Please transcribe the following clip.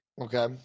Okay